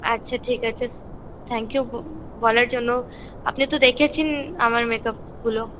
আচ্ছা ঠিক আছে থ্যাংক ইউ বলার জন্য আপনি তো দেখেছেন আমার মেকাপগুলো